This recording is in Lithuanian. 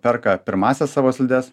perka pirmąsias savo slides